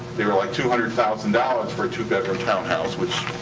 they were like two hundred thousand dollars for a two-bedroom townhouse, which,